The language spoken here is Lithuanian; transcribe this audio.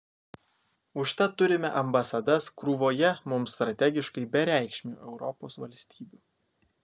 užtat turime ambasadas krūvoje mums strategiškai bereikšmių europos valstybių